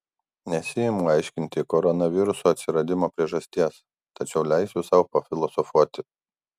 nesiimu aiškinti koronaviruso atsiradimo priežasties tačiau leisiu sau pafilosofuoti